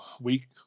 week